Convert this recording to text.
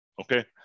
Okay